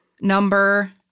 number